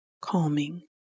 calming